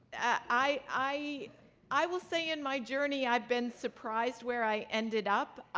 i i will say in my journey, i've been surprised where i ended up.